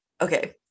Okay